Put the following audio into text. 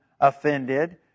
offended